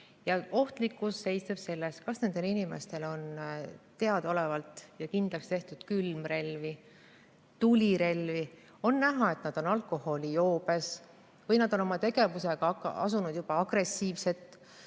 on. Ohtlikkus seisneb selles, kas nendel inimestel on teadaolevalt ja kindlakstehtult külmrelvi, tulirelvi, kas on näha, et nad on alkoholijoobes, või kas nad on oma tegevusega asunud juba agressiivselt